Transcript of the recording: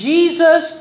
Jesus